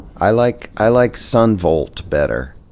i like i like son volt better.